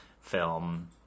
film